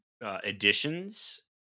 additions